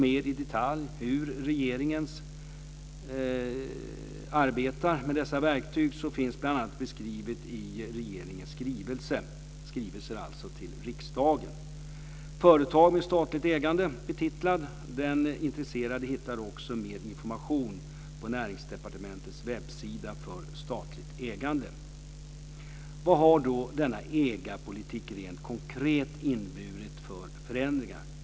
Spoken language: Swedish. Mer i detalj hur regeringen arbetar med dessa verktyg finns bl.a. beskrivet i regeringens skrivelse Företag med statligt ägande. Den intresserade hittar också mer information på Näringsdepartementets webbsida för statligt ägande. Vad har då denna ägarpolitik rent konkret inneburit för förändringar?